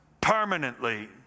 permanently